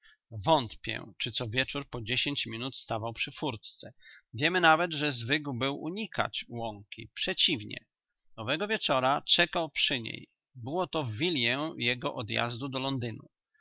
wątpię czy co wieczór po dziesięć minut stawał przy furtce wiemy nawet że zwykł był unikać łąki przeciwnie owego wieczora czekał przy niej było to w wilię jego odjazdu do londynu